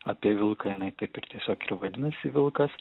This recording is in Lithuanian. apie vilką jinai taip ir tiesiog ir vadinasi vilkas